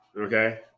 okay